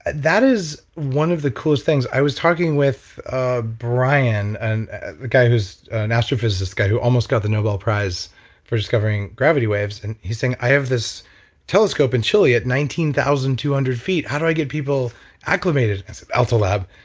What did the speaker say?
that is one of the coolest things. i was talking with ah brian, and the guy who's an astrophysicist guy who almost got the nobel prize for discovering gravity waves. and he's saying, i have this telescope in chile at nineteen thousand two hundred feet how do i get people acclimated to and so altolab.